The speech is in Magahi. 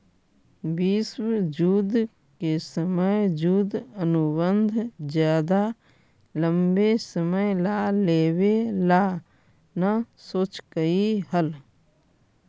विश्व युद्ध के समय युद्ध अनुबंध ज्यादा लंबे समय ला लेवे ला न सोचकई हल